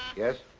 yes?